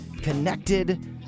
connected